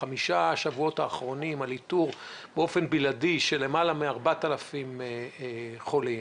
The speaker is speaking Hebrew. בחמשת השבועות האחרונים באופן בלעדי על למעלה מ-4,000 חולים.